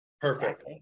perfect